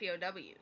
POWs